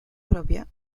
propia